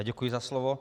Děkuji za slovo.